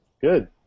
Good